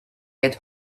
get